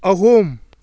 ꯑꯍꯨꯝ